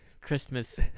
Christmas